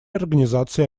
организации